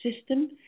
system